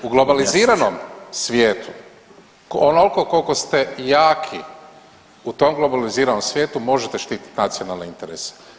U globaliziranom svijetu onoliko koliko ste jaki u tom globaliziranom svijetu možete štititi nacionalne interese.